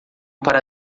para